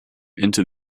into